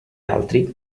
altri